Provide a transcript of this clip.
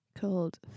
called